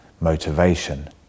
motivation